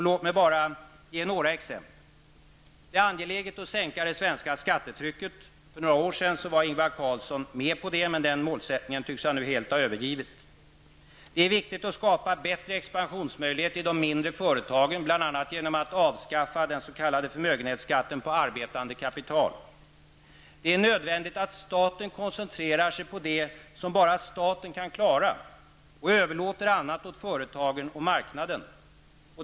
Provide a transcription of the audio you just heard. Låt mig ge några exempel: Det är viktigt att skapa bättre expansionsmöjligheter för de mindre företagen, t.ex. genom att avskaffa förmögenhetsskatten på arbetande kapital. * Det är nödvändigt att staten koncentrerar sig på det som bara staten kan klara och överlåter annat åt företagen och marknaden.